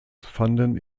fanden